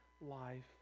life